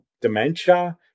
dementia